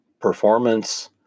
performance